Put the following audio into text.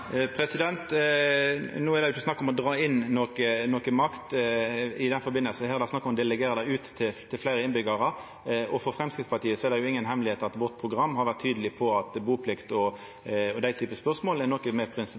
No er det ikkje snakk om å dra inn noka makt i denne samanhengen. Det er snakk om å delegera ut til fleire innbyggjarar. Det er ikkje noka hemmelegheit at Framstegspartiets program har vore tydeleg på at buplikt og den typen spørsmål er noko